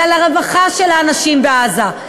אלא לרווחה של האנשים בעזה,